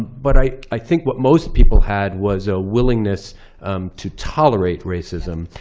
but i i think what most people had was a willingness to tolerate racism.